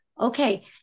Okay